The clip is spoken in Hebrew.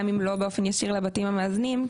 גם אם לא באופן ישיר לבתים המאזנים,